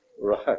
Right